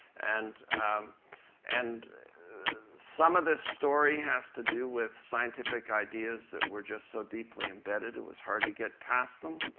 and and some of this story has to do with scientific ideas that were just so deeply embedded, it was hard to get past them.